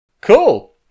Cool